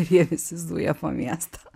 jie visi zuja po miestą